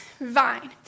vine